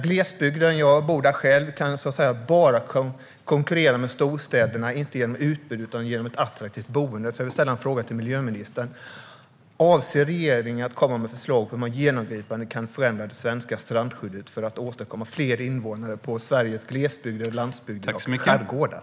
Glesbygden - jag bor där själv - kan bara konkurrera med storstäderna genom ett attraktivt boende, inte genom utbud. Jag vill ställa en fråga till miljöministern. Avser regeringen att komma med förslag på hur man genomgripande kan förändra det svenska strandskyddet för att åstadkomma fler invånare i Sveriges glesbygd, landsbygd och skärgårdar?